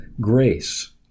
grace